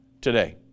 today